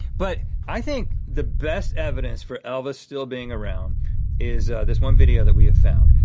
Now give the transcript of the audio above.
but i think the best evidence for elvis still being around is this one video. that we have found.